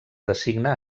designa